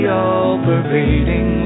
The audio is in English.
all-pervading